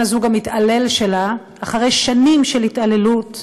הזוג המתעלל שלה אחרי שנים של התעללות.